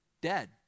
dead